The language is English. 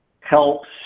helps